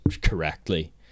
correctly